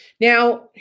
Now